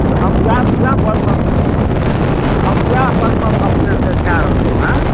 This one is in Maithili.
तऽ हम वएह वएह वर्णन हम वएह वर्णन अपनेसँ कऽ रहलौँ हँ